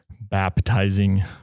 baptizing